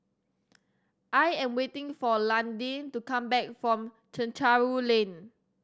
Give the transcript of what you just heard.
I am waiting for Londyn to come back from Chencharu Lane